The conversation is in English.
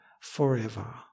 forever